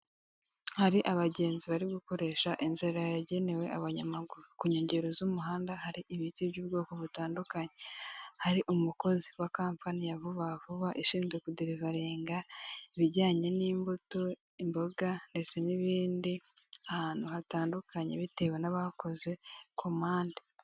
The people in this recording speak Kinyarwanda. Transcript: Hari abagenzi bari gukoresha inzara yagenewe abanyamaguru ku nkengero z'umuhanda hari ibiti by'ubwoko butandukanye hari umukozi wa kampani ya vuba vuba ishinzwe kuderivaringa ibijyanye n'imbuto imboga ndetse n'ibindi ahantu hatandukanye bitewe n'abakoze ku muhandade.